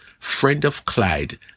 friendofclyde